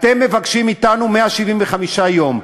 אתם מבקשים מאתנו 175 יום.